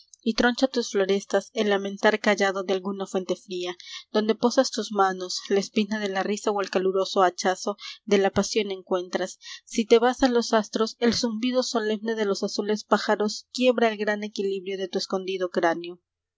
pedazos y troncha tus florestas el lamentar callado de alguna fuente fría donde posas tus manos la espina de la risa o el caluroso hachazo de la pasión encuentras si te vas a los astros el zumbido solemne de los azules pájaros quiebra el gran equilibrio de tu escondido cráneo